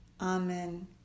Amen